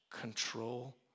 control